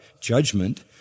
judgment